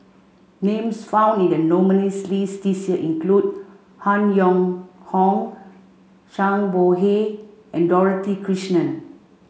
names found in the nominees' list this year include Han Yong Hong Zhang Bohe and Dorothy Krishnan